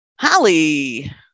Holly